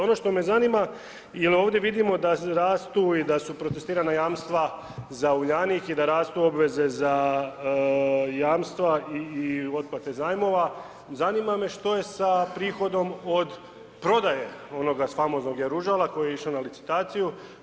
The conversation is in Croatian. Ono što me zanima jel ovdje vidimo da rastu i da su protestirana jamstva za Uljanik i da rastu obveze za jamstva i otplate zajmova, zanima me što je sa prihodom od prodaje onoga famoznog Jaružala koje je išao na licitaciju?